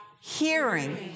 hearing